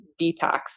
detox